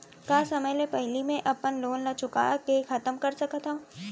का समय ले पहिली में अपन लोन ला चुका के खतम कर सकत हव?